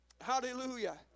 Hallelujah